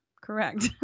Correct